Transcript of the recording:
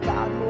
God